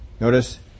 Notice